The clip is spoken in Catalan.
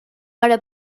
hora